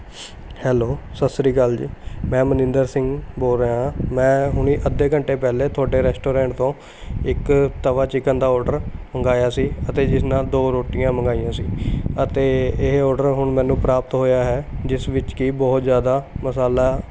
hello ਸਤਿ ਸ਼੍ਰੀ ਅਕਾਲ ਜੀ ਮੈਂ ਮਨਿੰਦਰ ਸਿੰਘ ਬੋਲ ਰਿਹਾਂ ਮੈਂ ਹੁਣੇ ਅੱਧੇ ਘੰਟੇ ਪਹਿਲੇ ਤੁਹਾਡੇ ਰੈਸਟੋਰੈਂਟ ਤੋਂ ਇੱਕ ਤਵਾ ਚਿਕਨ ਦਾ ਔਡਰ ਮੰਗਾਇਆ ਸੀ ਅਤੇ ਜਿਸ ਨਾਂ ਦੋ ਰੋਟੀਆਂ ਮੰਗਾਈਆਂ ਸੀ ਅਤੇ ਇਹ ਔਡਰ ਹੁਣ ਮੈਨੂੰ ਪ੍ਰਾਪਤ ਹੋਇਆ ਹੈ ਜਿਸ ਵਿੱਚ ਕਿ ਬਹੁਤ ਜ਼ਿਆਦਾ ਮਸਾਲਾ